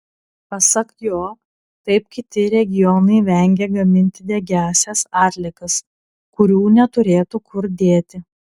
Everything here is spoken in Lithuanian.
pasak jo taip kiti regionai vengia gaminti degiąsias atliekas kurių neturėtų kur dėti